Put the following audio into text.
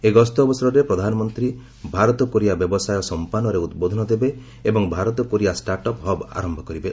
ଏହି ଗସ୍ତ ଅବସରରେ ପ୍ରଧାନମନ୍ତ୍ରୀ ଭାରତ କୋରିଆ ବ୍ୟବସାୟ ସମ୍ପାନରେ ଉଦ୍ବୋଧନ ଦେବେ ଏବଂ Bharat Korea startup hub ଆରମ୍ଭ କରିବେ